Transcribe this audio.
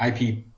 IP